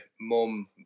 mum